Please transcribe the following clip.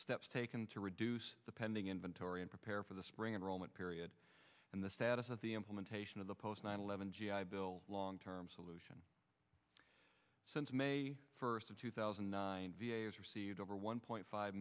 steps taken to reduce the pending inventory and prepare for the spring and roman period and the status of the implementation of the post nine eleven g i bill long term solution since may first of two thousand and nine v a is received over one point five